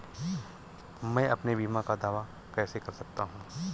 मैं अपने बीमा का दावा कैसे कर सकता हूँ?